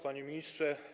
Panie Ministrze!